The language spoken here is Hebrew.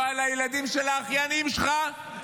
לא על הילדים של האחיינים שלך,